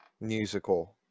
musical